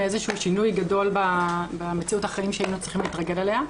איזשהו שינוי גדול במציאות החיים שהיינו צריכים להתרגל אליה.